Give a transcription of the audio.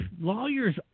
lawyers